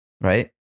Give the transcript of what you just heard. Right